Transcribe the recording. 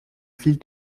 ville